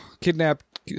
kidnapped